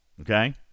okay